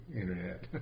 internet